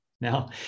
now